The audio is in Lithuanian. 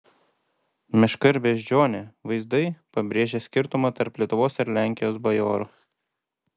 meška ir beždžionė vaizdai pabrėžią skirtumą tarp lietuvos ir lenkijos bajorų